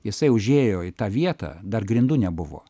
jisai užėjo į tą vietą dar grindų nebuvo